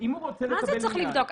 מה זה צריך לבדוק?